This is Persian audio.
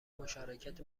مشارکت